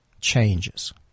changes